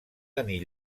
tenir